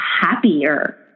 happier